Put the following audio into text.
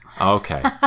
Okay